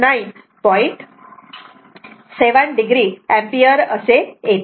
7 o ampere असे येते